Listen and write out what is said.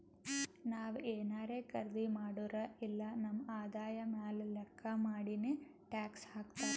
ನಾವ್ ಏನಾರೇ ಖರ್ದಿ ಮಾಡುರ್ ಇಲ್ಲ ನಮ್ ಆದಾಯ ಮ್ಯಾಲ ಲೆಕ್ಕಾ ಮಾಡಿನೆ ಟ್ಯಾಕ್ಸ್ ಹಾಕ್ತಾರ್